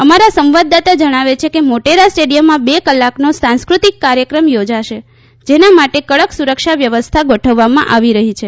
અમારા સંવાદદાતા જણાવે છે કે મોટેરા સ્ટેડિથમમાં બે કલાકનો સાંસ્કૃતિક કાર્યક્રમ યોજાશે જેના માટે કડક સુરક્ષા વ્યવસ્થા ગોઠવામાં આવી રહી છે